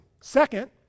Second